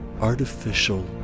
artificial